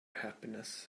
happiness